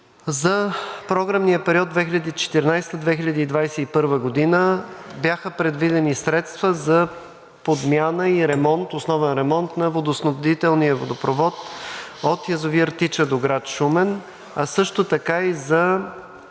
За програмния период 2014 – 2021 г. бяха предвидени средства за подмяна и основен ремонт на водоснабдителния водопровод от язовир „Тича“ до град Шумен, а също така и за